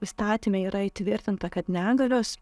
įstatyme yra įtvirtinta kad negalios